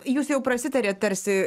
jūs jau prasitarėt tarsi